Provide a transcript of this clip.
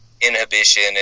inhibition